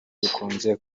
bikunze